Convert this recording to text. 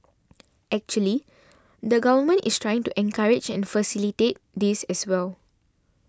actually the Government is trying to encourage and facilitate this as well